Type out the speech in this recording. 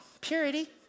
Purity